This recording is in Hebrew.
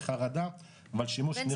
לחרדה והשימוש,